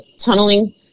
tunneling